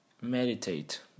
Meditate